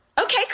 Okay